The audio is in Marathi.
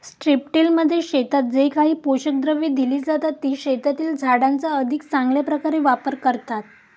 स्ट्रिपटिलमध्ये शेतात जे काही पोषक द्रव्ये दिली जातात, ती शेतातील झाडांचा अधिक चांगल्या प्रकारे वापर करतात